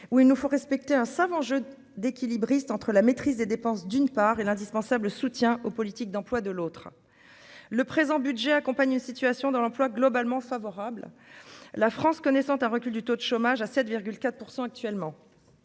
où il nous faut respecter un savant jeu d'équilibriste entre la maîtrise des dépenses, d'une part et l'indispensable soutien aux politiques d'emploi, de l'autre le présent budget accompagne situation dans l'emploi globalement favorable, la France connaissant un recul du taux de chômage à 7,4 % actuellement.